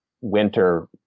winter